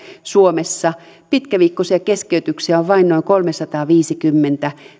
suomessa pitkäviikkoisia keskeytyksiä on vain noin kolmesataaviisikymmentä